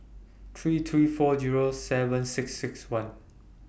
three three four Zero seven six six one